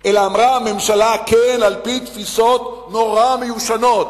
אלא הממשלה אמרה: כן, על-פי תפיסות נורא מיושנות,